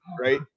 right